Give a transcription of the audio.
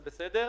זה בסדר,